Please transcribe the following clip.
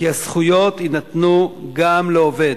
כי הזכויות יינתנו גם לעובד